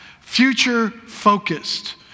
future-focused